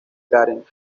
karen